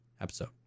episode